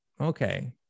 Okay